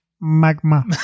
magma